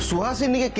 was and the